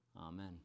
Amen